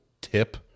tip